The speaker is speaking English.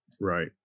Right